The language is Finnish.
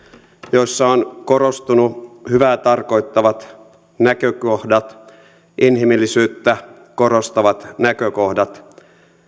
joissa on korostunut hyvää tarkoittavat näkökohdat inhimillisyyttä korostavat näkökohdat